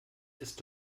ist